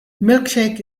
milkshake